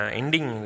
ending